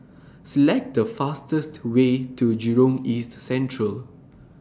Select The fastest Way to Jurong East Central